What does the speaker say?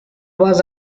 was